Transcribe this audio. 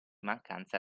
mancanza